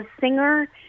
singer